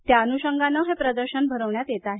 त्याअनुषंगानं हे प्रदर्शन भरविण्यात येत आहे